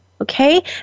Okay